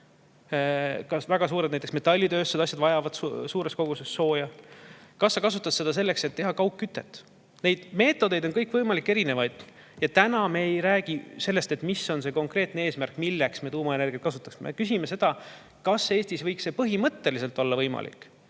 väga suured metallitööstused vajavad suures koguses sooja. Kas sa kasutad seda selleks, et teha kaugkütet? On kõikvõimalikke erinevaid meetodeid. Täna me ei räägi sellest, mis on konkreetne eesmärk, milleks me tuumaenergiat kasutaks. Me küsime, kas Eestis võiks see põhimõtteliselt olla võimalik.